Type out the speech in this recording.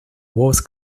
was